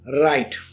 Right